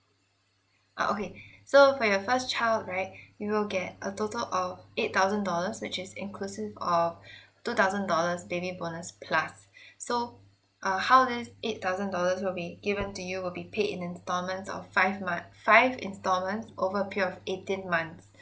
uh okay so for your first child right you will get a total of eight thousand dollars which is inclusive of two thousand dollars baby bonus plus so uh how this eight thousand dollars will be given to you will be paid in installments of five mon~ five installments over a period of eighteen months